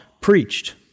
preached